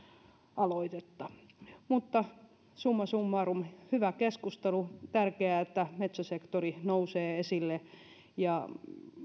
aloitetta mutta summa summarum hyvä keskustelu on tärkeää että metsäsektori nousee esille ja